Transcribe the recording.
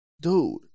Dude